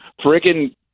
freaking